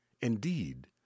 Indeed